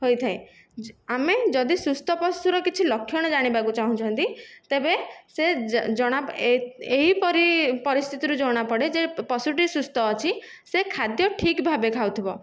ହୋଇଥାଏ ଆମେ ଯଦି ସୁସ୍ଥ ପଶୁର କିଛି ଲକ୍ଷଣ ଜାଣିବାକୁ ଚାହୁଁଛନ୍ତି ତେବେ ସେ ଜଣା ଏହିପରି ପରିସ୍ଥିତିରୁ ଜଣାପଡ଼େ ଯେ ପଶୁଟି ସୁସ୍ଥ ଅଛି ସେ ଖାଦ୍ୟ ଠିକ୍ ଭାବେ ଖାଉଥିବ